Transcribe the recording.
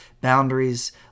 boundaries